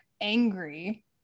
angry